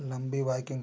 लम्बी biking trip में